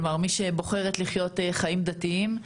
מי שבוחרת לחיות חיים דתיים,